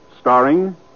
starring